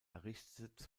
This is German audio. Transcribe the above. errichtete